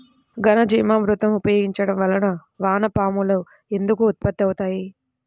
ఘనజీవామృతం ఉపయోగించటం వలన వాన పాములు ఎందుకు ఉత్పత్తి అవుతాయి?